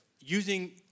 using